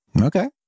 Okay